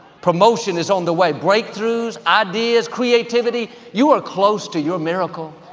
promotion is on the way, breakthroughs, ideas, creativity. you are close to your miracle.